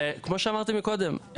כמו שאמרתי קודם,